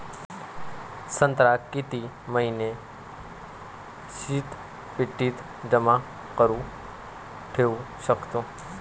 संत्रा किती महिने शीतपेटीत जमा करुन ठेऊ शकतो?